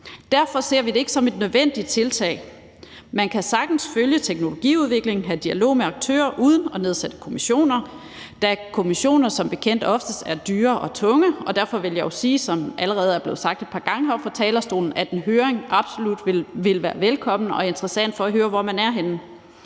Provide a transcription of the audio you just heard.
Derfor ser vi det ikke som et nødvendigt tiltag. Man kan sagtens følge teknologiudviklingen og have dialog med aktører uden at nedsætte kommissioner, da kommissioner som bekendt oftest er dyre og tunge. Derfor vil jeg sige, som det allerede er blevet sagt et par gange heroppe fra talerstolen, at en høring absolut vil være velkommen og interessant, så vi kan høre, hvor man er henne,